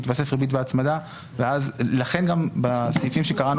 תתווסף ריבית והצמדה ולכן גם בסעיפים שקראנו